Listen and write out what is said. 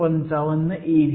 55 ev